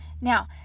Now